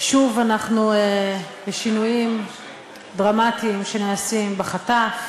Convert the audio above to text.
שוב אנחנו בשינויים דרמטיים שנעשים בחטף,